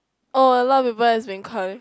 oh a lot of people has been calling